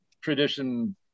tradition